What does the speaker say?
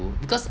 to because